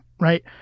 right